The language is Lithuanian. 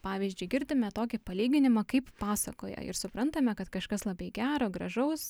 pavyzdžiui girdime tokį palyginimą kaip pasakoje ir suprantame kad kažkas labai gero gražaus